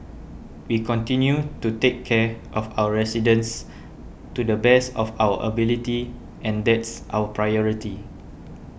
we continue to take care of our residents to the best of our ability and that's our priority